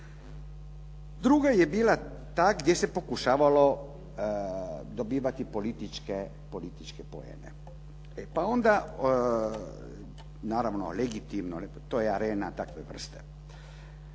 Druga je bila ta gdje se pokušavalo dobivati političke poene pa onda naravno legitimno, to je Arena takve vrste.